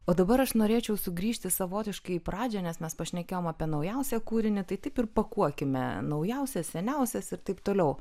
o dabar aš norėčiau sugrįžti savotiškai į pradžią nes mes pašnekėjom apie naujausią kūrinį tai taip ir pakuokime naujausias seniausias ir taip toliau